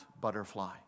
butterfly